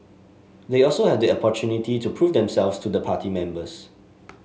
they also have the opportunity to prove themselves to the party members